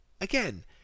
again